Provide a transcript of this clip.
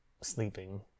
sleeping